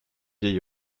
vieil